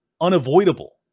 unavoidable